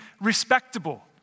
respectable